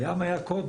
הים היה קודם.